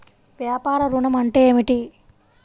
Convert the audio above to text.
వ్యాపార ఋణం అంటే ఏమిటి?